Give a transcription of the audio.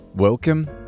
Welcome